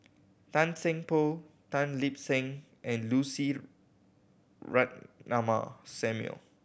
Tan Seng Poh Tan Lip Seng and Lucy Ratnammah Samuel